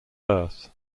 earth